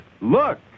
look